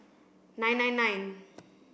nine nine nine